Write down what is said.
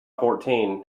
fourteen